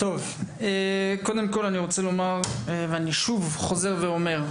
קודם כל אני שוב חוזר ואומר,